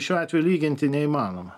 šiuo atveju lyginti neįmanoma